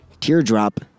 Teardrop